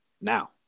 now